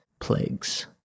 Plagues